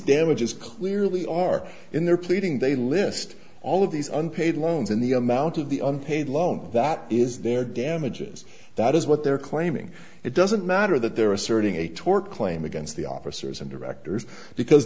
damages clearly are in their pleading they list all of these unpaid loans in the amount of the unpaid loan that is their damages that is what they're claiming it doesn't matter that they're asserting a tort claim against the officers and directors because